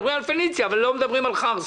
מדברים על פניציה אבל לא מדברים על חרסה.